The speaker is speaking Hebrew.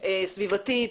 סביבתית.